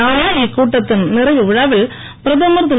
நாளை இக்கூட்டத்தின் நிறைவு விழாவில் பிரதமர் திரு